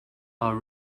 are